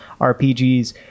rpgs